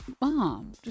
mom